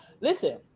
listen